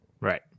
Right